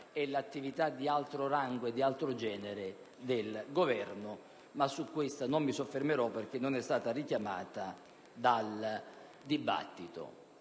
è l'attività di altro rango e di altro genere del Governo; su questa però non mi soffermerò, perché non è stata richiamata dal dibattito.